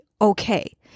okay